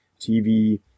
TV